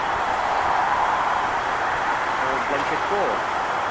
ꯑꯣ ꯕ꯭ꯂꯥꯟꯀꯦꯠ ꯀꯣ